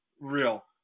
real